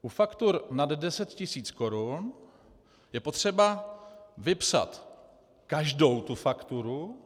U faktur nad 10 tisíc korun je potřeba vypsat každou tu fakturu.